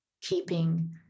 keeping